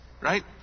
Right